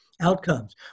Outcomes